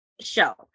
show